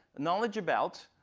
knowledge about.